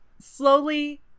slowly